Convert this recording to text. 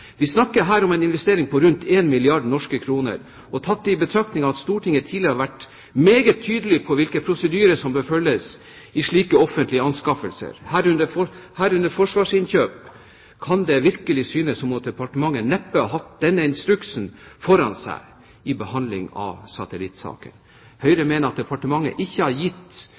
Vi snakker her om en investering på rundt 1 milliard norske kroner, og tatt i betraktning at Stortinget tidligere har vært meget tydelig på hvilke prosedyrer som bør følges i slike offentlige anskaffelser, herunder forsvarsinnkjøp, kan det virkelig synes som om departementet neppe har hatt denne instruksen foran seg i behandlingen av satellittsaken. Høyre mener at departementet ikke har gitt